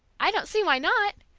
i don't see why not,